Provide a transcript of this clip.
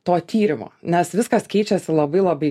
to tyrimo nes viskas keičiasi labai labai